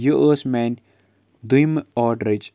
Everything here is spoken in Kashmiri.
یہِ ٲس میٛانہِ دوٚیمہِ آڈرٕچ